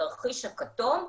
בתרחיש הכתום,